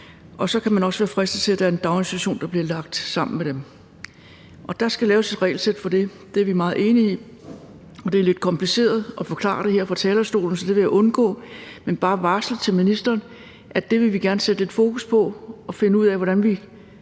også kan blive fristet til at lægge en daginstitution sammen med dem. Og der skal laves et regelsæt for det. Det er vi meget enige i, men det er lidt kompliceret at forklare det her fra talerstolen, så det vil jeg undgå, men bare varsle til ministeren, at det vil vi gerne sætte fokus på og finde ud af, hvordan man